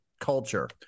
culture